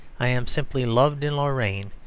i am simply loved in lorraine.